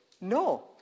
No